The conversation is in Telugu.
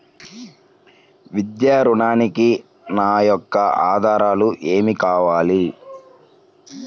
విద్యా ఋణంకి నా యొక్క ఆధారాలు ఏమి కావాలి?